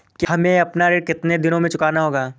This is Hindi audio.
हमें अपना ऋण कितनी दिनों में चुकाना होगा?